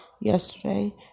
Yesterday